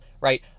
right